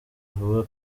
vuba